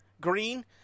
green